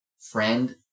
friend